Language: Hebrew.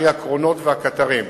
קרי הקרונות וקטרים.